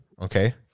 okay